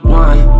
one